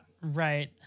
Right